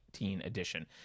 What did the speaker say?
edition